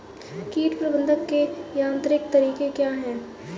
कीट प्रबंधक के यांत्रिक तरीके क्या हैं?